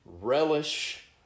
relish